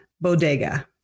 Bodega